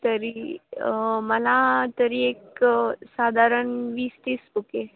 तरी मला तरी एक साधारण वीस तीस बुके